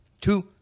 two